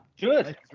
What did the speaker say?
good